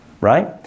right